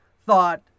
thought